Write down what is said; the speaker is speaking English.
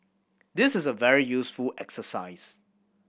this is a very useful exercise